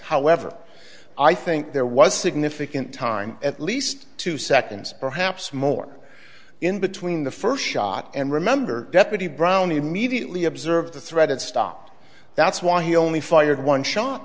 however i think there was significant time at least two seconds perhaps more in between the first shot and remember deputy brownlee immediately observed the threat and stopped that's why he only fired